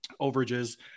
overages